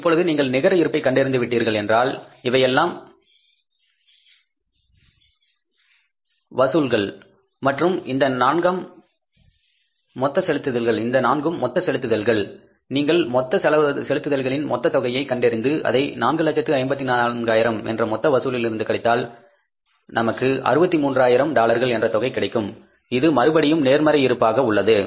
இப்பொழுது நீங்கள் நிகர இருப்பை கண்டறிந்து விட்டீர்கள் என்றால் இவையெல்லாம் வசூல்கள் மற்றும் இந்த 4 ம் மொத்த செலுத்துதல்கள் நீங்கள் மொத்த செலுத்துதல்களின் மொத்தத் தொகையை கண்டறிந்து அதை 4 லட்சத்து 54 ஆயிரம் என்ற மொத்த வசூலில் இருந்து கழித்தால் நமக்கு 63 ஆயிரம் டாலர்கள் என்ற தொகை கிடைக்கும் இது மறுபடியும் நேர்மறை இருப்பாக உள்ளது